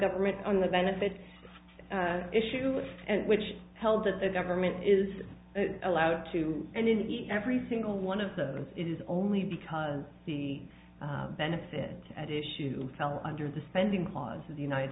government on the benefits issue and which held that the government is allowed to and in every single one of those it is only because the benefit at issue fell under the spending clause of the united